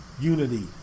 unity